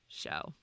show